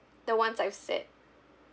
the ones I've said